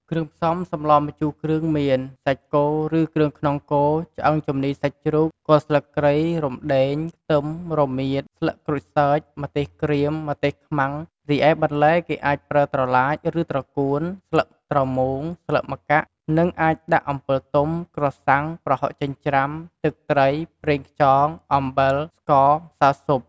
គ្រឿងផ្សំសម្លម្ជូរគ្រឿងមាន សាច់គោឬគ្រឿងក្នុងគោ ឆ្អឹងជំនីសាច់់ជ្រូក គល់ស្លឹកគ្រៃ រំដេង ខ្ទឹម រមៀត ស្លឹកក្រូចសើច ម្ទេសក្រៀម ម្ទេសខ្មាំង រីឯបន្លែគេអាចប្រើត្រឡាចឬត្រកួន ស្លឹកត្រមូង ស្លឹកម្កាក់ និងអាចដាក់អំពិលទុំ ក្រសាំង ប្រហុកចិព្រ្ចាំ ទឹកត្រី ប្រេងខ្យង អំបិល ស្ករ ម្សៅស៊ុប។